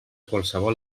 qualsevol